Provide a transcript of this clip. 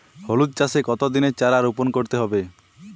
হলুদ চাষে কত দিনের চারা রোপন করতে হবে?